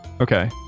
Okay